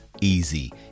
easy